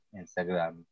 instagram